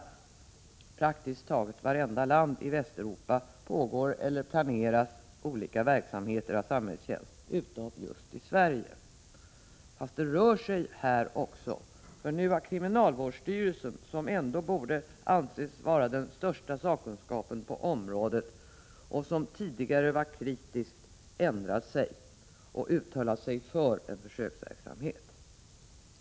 I praktiskt taget varje annat land i Västeuropa pågår eller planeras olika verksamheter av samhällstjänst utom just i Sverige. Men det rör sig här också. Nu har nämligen kriminalvårdsstyrelsen, som ändå borde anses ha den största sakkunskapen på området och som tidigare varit mycket kritisk till samhällstjänst, ändrat sig och uttalat sig för en försöksverksamhet.